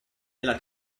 della